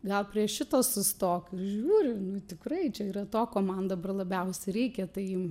gal prie šito sustok ir žiūri tikrai čia yra to ko man dabar labiausiai reikia tai